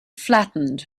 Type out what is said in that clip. flattened